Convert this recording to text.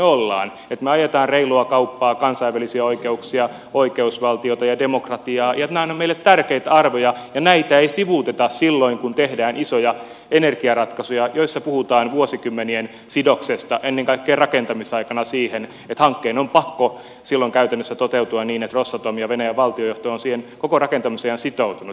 että me ajamme reilua kauppaa kansainvälisiä oikeuksia oikeusvaltiota ja demokratiaa ja että nämä ovat meille tärkeitä arvoja eikä näitä sivuuteta silloin kun tehdään isoja energiaratkaisuja joissa puhutaan vuosikymmenien sidoksesta ennen kaikkea rakentamisaikana siihen että hankkeen on pakko silloin käytännössä toteutua niin että rosatom ja venäjän valtionjohto on siihen koko rakentamisen ajan sitoutunut